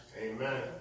Amen